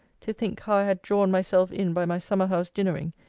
to think how i had drawn myself in by my summer-house dinnering,